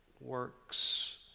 works